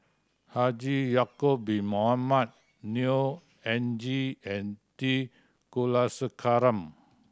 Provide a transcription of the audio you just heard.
Haji Ya'acob Bin Mohamed Neo Anngee and T Kulasekaram